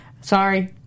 sorry